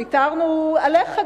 ויתרנו עליך,